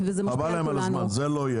חבל להם על הזמן, זה לא יהיה.